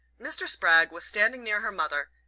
mr. spragg was standing near her mother,